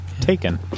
Taken